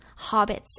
hobbits